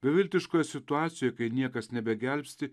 beviltiškoje situacijoje kai niekas nebegelbsti